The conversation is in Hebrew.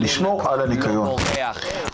גיורא,